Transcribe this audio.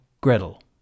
Gretel